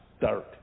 dark